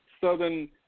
Southern